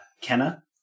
Kenna